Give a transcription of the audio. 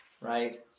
right